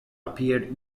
appeared